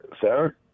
Sir